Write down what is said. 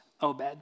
Obed